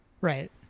Right